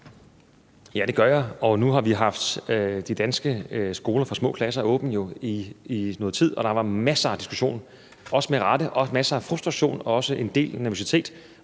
Ja, det gør jeg. Og nu har vi jo haft de danske skoler åbne for små klasser i noget tid, og der var masser af diskussion – også med rette – masser af frustration og også en del nervøsitet.